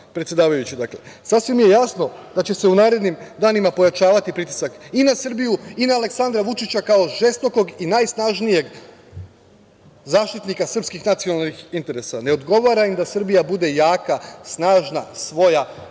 mi imamo posla. Sasvim je jasno da će se u narednim danima pojačavati pritisak, i na Srbiju i na Aleksandra Vučića kao žestokog i najsnažnijeg zaštitnika srpskih nacionalnih interesa. Ne odgovara im da Srbija bude jaka, snažna, svoja